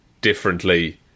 differently